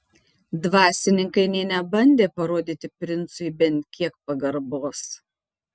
dvasininkai nė nebandė parodyti princui bent kiek pagarbos